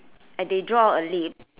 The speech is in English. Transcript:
and they draw a lip